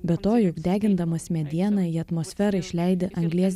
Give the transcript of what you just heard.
be to juk degindamas medieną į atmosferą išleidi anglies